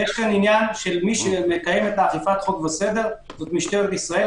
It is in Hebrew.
מי שמקיים את אכיפת החוק והסדר זו משטרת ישראל.